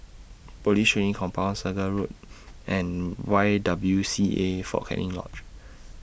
Police Training Command Segar Road and Y W C A Fort Canning Lodge